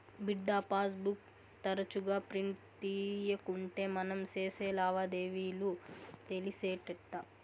బిడ్డా, passbook తరచుగా print తీయకుంటే మనం సేసే లావాదేవీలు తెలిసేటెట్టా